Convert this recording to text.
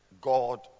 God